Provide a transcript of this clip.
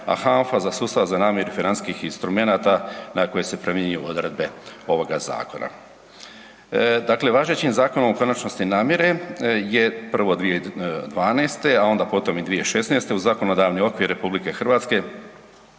a HANFA za sustav za namiru financijskih instrumenata na koje se primjenjuju odredbe ovog zakona. Dakle, važećim Zakonom o konačnosti namire je prvo 2012., a onda potom i 2016. u zakonodavni okvir RH prenesen